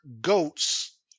GOATs